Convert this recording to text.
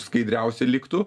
skaidriausi liktų